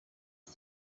ine